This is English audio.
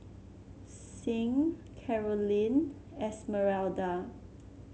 Sing Carolyne Esmeralda